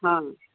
हँ